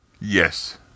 Yes